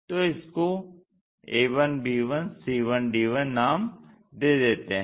तो इसको a1b1c1d1 नाम दे देते हैं